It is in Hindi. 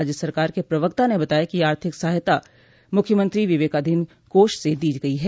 राज्य सरकार के प्रवक्ता ने बताया कि यह आर्थिक सहायता मुख्यमंत्री विवेकाधीन कोष से दी गई है